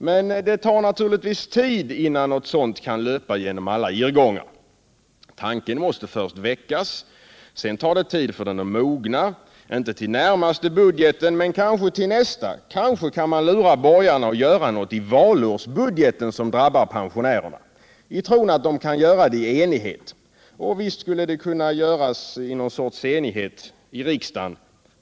Men det tar naturligtvis tid innan något sådant kan löpa genom alla irrgångar. Tanken måste först väckas. Sedan tar det tid innan den mognar. Inte till den närmaste budgeten — men kanske till nästa. Kanske kan man lura borgarna att göra något i valårsbudgeten som drabbar pensionärerna - i tron att de kan göra det i enighet. Och visst skulle de kunna göra det i någon sorts enighet i riksdagen.